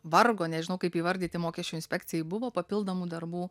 vargo nežinau kaip įvardyti mokesčių inspekcijai buvo papildomų darbų